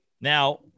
Now